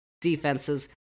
defenses